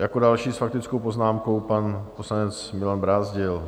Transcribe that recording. Jako další s faktickou poznámkou pan poslanec Milan Brázdil.